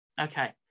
Okay